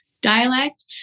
dialect